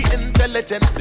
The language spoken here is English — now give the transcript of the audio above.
intelligent